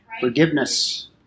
Forgiveness